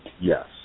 yes